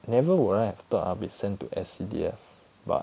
never would I have thought I would be sent to S_C_D_F but